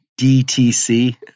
DTC